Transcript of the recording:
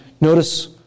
Notice